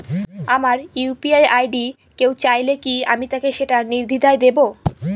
আমার UPI ID কেউ চাইলে কি আমি তাকে সেটি নির্দ্বিধায় দেব?